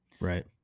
Right